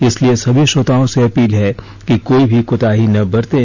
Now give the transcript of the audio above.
इसलिए सभी श्रोताओं से अपील है कि कोई भी कोताही ना बरतें